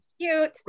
Cute